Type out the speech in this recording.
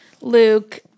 luke